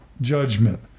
judgment